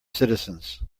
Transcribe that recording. citizens